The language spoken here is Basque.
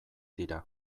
dira